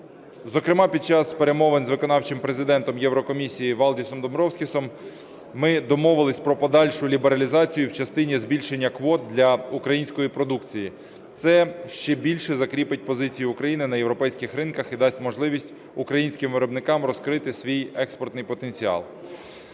Зокрема, під час перемовин з виконавчим Президентом Єврокомісії Валдісом Домбровскісом ми домовились про подальшу лібералізацію в частині збільшення квот для української продукції. Це ще більше закріпить позиції України на європейських ринках і дасть можливість українським виробникам розкрити свій експортний потенціал.